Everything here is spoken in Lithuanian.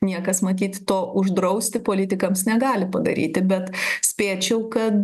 niekas matyt to uždrausti politikams negali padaryti bet spėčiau kad